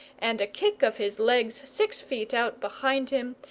and a kick of his legs six feet out behind him,